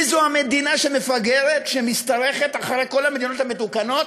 היא זו שמפגרת, שמשתרכת אחרי כל המדינות המתוקנות.